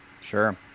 Sure